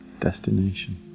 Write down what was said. destination